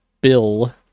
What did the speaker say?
bill